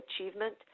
achievement